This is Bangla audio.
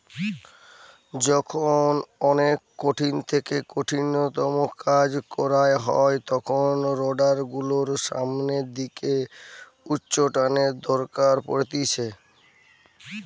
যখন অনেক কঠিন থেকে কঠিনতম কাজ কইরা হয় তখন রোডার গুলোর সামনের দিকে উচ্চটানের দরকার পড়তিছে